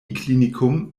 klinikum